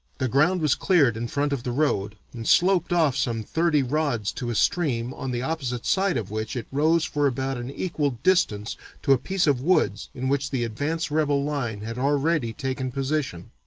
the ground was cleared in front of the road and sloped off some thirty rods to a stream, on the opposite side of which it rose for about an equal distance to a piece of woods in which the advance rebel line had already taken position.